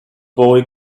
boy